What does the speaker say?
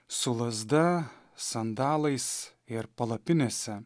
su lazda sandalais ir palapinėse